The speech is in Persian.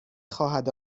خواهد